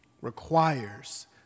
requires